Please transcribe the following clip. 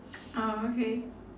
orh okay